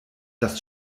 dass